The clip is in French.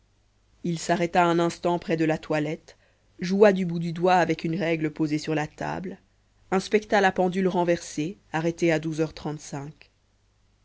il s'arrêta un instant près de la toilette joua du bout du doigt avec une règle posée sur la table inspecta la pendule renversée arrêtée à douze heures trente-cinq